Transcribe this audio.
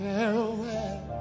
Farewell